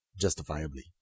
justifiably